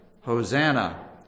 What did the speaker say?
Hosanna